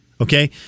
Okay